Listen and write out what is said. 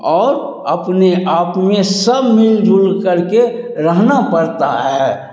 और अपने आप में सब मिलजुल करके रहना पड़ता है